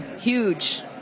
Huge